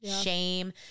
Shame